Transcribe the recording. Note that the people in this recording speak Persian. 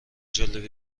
جالب